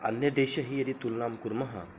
अन्यदेशेन हि यदि तुलनां कुर्मः